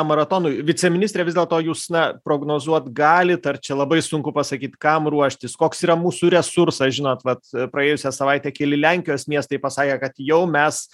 maratonui viceministre vis dėlto jūs na prognozuot galit ar čia labai sunku pasakyt kam ruoštis koks yra mūsų resursas žinot vat praėjusią savaitę keli lenkijos miestai pasakė kad jau mes